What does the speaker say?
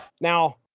Now